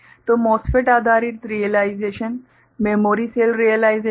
तो MOSFET आधारित realisation memory cell realisation